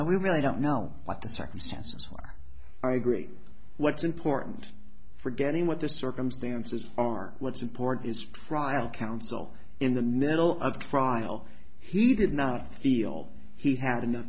so we really don't know what the circumstances are great what's important for getting what the circumstances are what's important is trial counsel in the middle of trial he did not feel he had enough